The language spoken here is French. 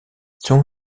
son